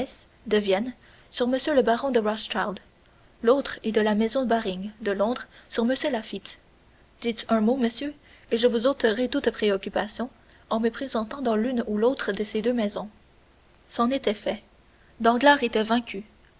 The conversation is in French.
vienne sur m le baron de rothschild l'autre est de la maison baring de londres sur m laffitte dites un mot monsieur et je vous ôterai toute préoccupation en me présentant dans l'une ou l'autre de ces deux maisons c'en était fait danglars était vaincu